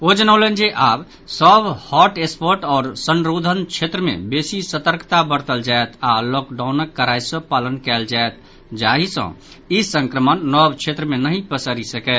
ओ जनौलनि जे आब सभ हॉटस्पॉट आओर संरोधन क्षेत्र मे बेसी सतर्कता बरतल जायत आ लॉकडाउनक कड़ाई सँ पालन कयल जायत जाहि सँ ई संक्रमण नव क्षेत्र मे नहि पसरि सकय